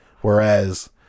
Whereas